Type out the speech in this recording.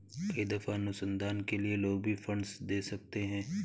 कई दफा अनुसंधान के लिए लोग भी फंडस दे सकते हैं